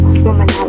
woman